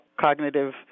cognitive